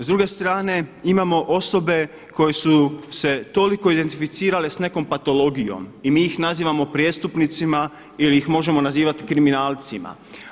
S druge strane imamo osobe koje su se toliko identificirale sa nekom patologijom i mi ih nazivamo prijestupnicima ili ih možemo nazivati kriminalcima.